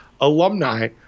alumni